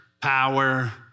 power